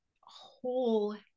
whole